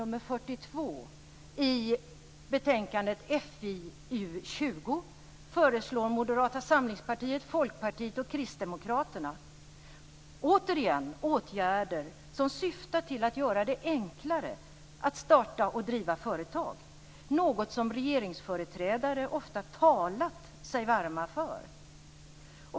Moderata samlingspartiet, Folkpartiet och Kristdemokraterna återigen åtgärder som syftar till att göra det enklare att starta och driva företag, något som regeringsföreträdare ofta har talat sig varma för.